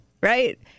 right